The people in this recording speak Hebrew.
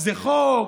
זה חוק.